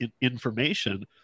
information